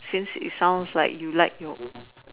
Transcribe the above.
since it sounds like you like your